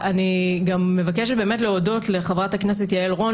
גם מבקשת להודות לחברת הכנסת יעל רון